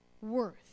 worth